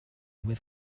with